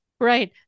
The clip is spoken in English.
Right